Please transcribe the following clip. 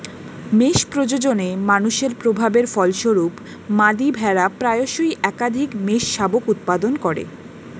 মেষ প্রজননে মানুষের প্রভাবের ফলস্বরূপ, মাদী ভেড়া প্রায়শই একাধিক মেষশাবক উৎপাদন করে